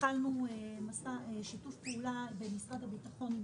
התחלנו שיתוף פעולה עם מפא"ת.